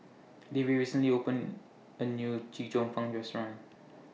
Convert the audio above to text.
Davie recently opened A New Chee Cheong Fun Restaurant